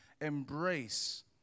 embrace